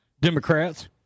Democrats